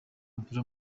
umupira